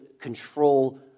control